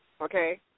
okay